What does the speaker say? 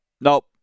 Nope